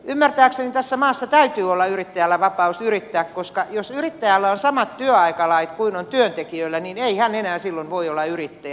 ymmärtääkseni tässä maassa täytyy olla yrittäjällä vapaus yrittää koska jos yrittäjällä on samat työaikalait kuin on työntekijöillä niin ei hän enää silloin voi olla yrittäjä